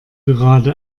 gerade